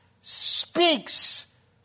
speaks